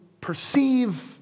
perceive